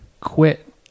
quit